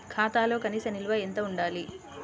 ఖాతాలో కనీస నిల్వ ఎంత ఉండాలి?